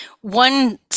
one